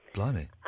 Blimey